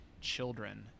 children